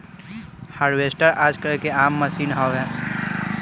harvester आजकल के आम मसीन हवे